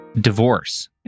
divorce